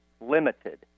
limited